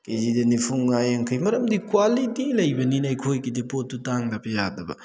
ꯀꯦꯖꯤꯗ ꯅꯤꯐꯨꯃꯉꯥ ꯌꯥꯡꯈꯩ ꯃꯔꯝꯗꯤ ꯀ꯭ꯋꯥꯂꯤꯇꯤ ꯂꯩꯕꯅꯤꯅ ꯑꯩꯈꯣꯏꯒꯤꯗꯤ ꯄꯣꯠꯇꯨ ꯇꯥꯡꯗꯕ ꯌꯥꯗꯕ